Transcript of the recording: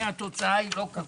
התוצאה היא לא כזו.